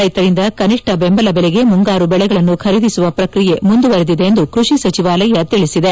ರೈತರಿಂದ ಕನಿಷ್ಣ ಬೆಂಬಲ ಬೆಲೆಗೆ ಮುಂಗಾರು ಬೆಳೆಗಳನ್ನು ಖರೀದಿಸುವ ಪ್ರಕ್ರಿಯೆ ಮುಂದುವರೆದಿದೆ ಎಂದು ಕೃಷಿ ಸಚಿವಾಲಯ ತಿಳಿಸಿದೆ